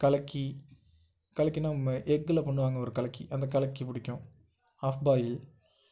கலக்கி கலக்கினால் நம்ம எக்கில் பண்ணுவாங்க ஒரு கலக்கி அந்த கலக்கி பிடிக்கும் ஆஃப் பாயில்